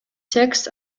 текст